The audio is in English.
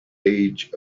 age